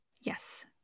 Yes